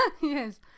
yes